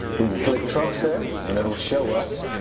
we can click trucks there and it'll show us